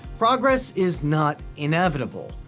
progress is not inevitable.